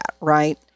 right